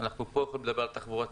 אנחנו פה יכולים לדבר על תחבורה ציבורית,